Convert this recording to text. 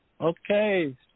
okay